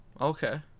Okay